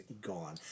gone